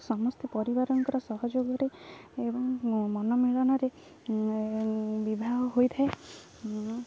ସମସ୍ତେ ପରିବାରଙ୍କର ସହଯୋଗରେ ଏବଂ ମନମେଳନରେ ବିବାହ ହୋଇଥାଏ